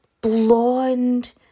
blonde